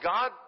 God